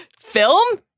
film